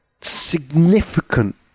significant